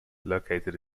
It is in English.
located